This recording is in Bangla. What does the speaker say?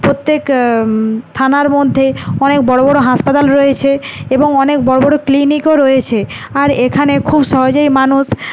প্রত্যেক থানার মধ্যে অনেক বড় বড় হাসপাতাল রয়েছে এবং অনেক বড়ো বড়ো ক্লিনিকও রয়েছে আর এখানে খুব সহজেই মানুষ